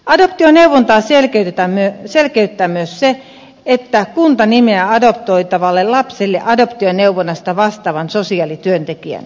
adoptioneuvontaa selkeyttää myös se että kunta nimeää adoptoitavalle lapselle adoptioneuvonnasta vastaavan sosiaalityöntekijän